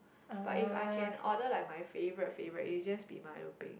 but if I can order like my favorite favorite it'll just be milo peng